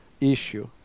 issue